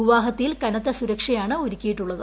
ഗുവാഹൃത്തിയിൽ കനത്ത സുരക്ഷയാണ് ഒരുക്കിയിട്ടുള്ളത്